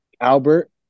Albert